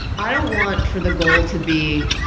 i don't want for the goal to be,